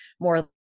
more